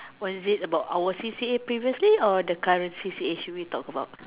was it about our C_C_A previously or the current C_C_A should we talk about